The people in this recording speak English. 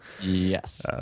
Yes